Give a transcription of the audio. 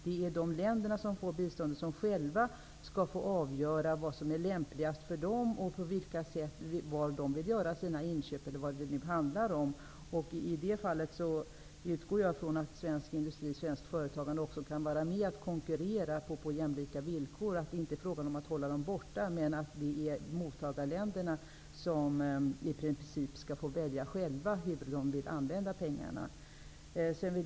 Det är länderna som får biståndet som själva skall avgöra vad som är lämpligt för dem och var de vill göra sina inköp etc. Jag utgår från att svensk industri också kan vara med och konkurrera på jämlika villkor. Det är inte fråga om att hålla svenska företag borta. Men det är mottagarländerna som i princip skall få välja själva hur de vill använda pengarna.